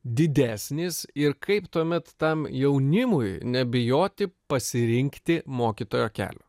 didesnis ir kaip tuomet tam jaunimui nebijoti pasirinkti mokytojo kelio